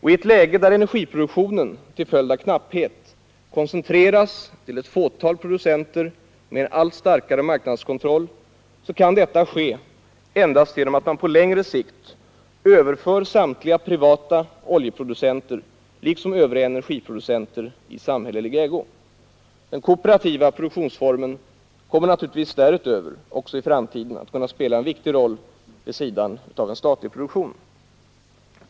I ett läge där energiproduktionen till följd av knapphet koncentreras till ett fåtal producenter med en allt starkare marknadskontroll kan detta ske endast genom att man på längre sikt överför center — i samhällelig ägo. Den kooperativa produktionsformen kommer naturligtvis därutöver också i framtiden att spela en viktig roll vid sidan av en statlig produktion.